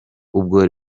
ubwo